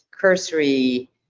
Cursory